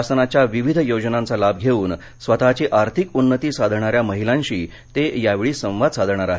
शासनाच्या विविध योजनांचा लाभ घेऊन स्वतःची आर्थिक उन्नती साधणाऱ्या महिलांशी ते यावेळी संवाद साधणार आहेत